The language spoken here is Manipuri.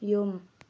ꯌꯨꯝ